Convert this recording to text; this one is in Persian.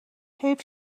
حیف